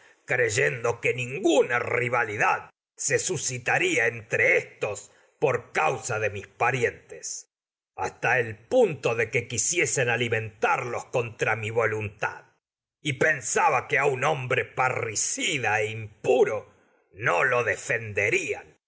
creyendo por que ninguna rivalidad suscitaría entre éstos causa de mis pa rientes contra liaste el punto de que quisiesen alimentarlos mi voluntad y pensaba que a un hombre parri y menos con cida e impuro no lo defenderían